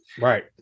Right